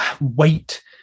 wait